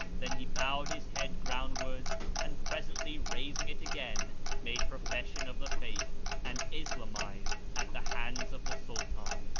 then he bowed his head groundwards and presently raising it again, made pro fession of the faith and islamised at the hands of the sultan